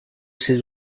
ses